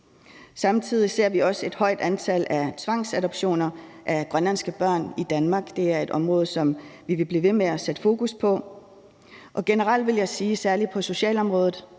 Samtidig ser vi også et højt antal af tvangsadoptioner af grønlandske børn i Danmark. Det er et område, som vi vil blive ved med at sætte fokus på. Generelt vil jeg sige, at særlig på socialområdet